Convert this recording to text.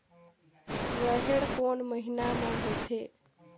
रेहेण कोन महीना म होथे?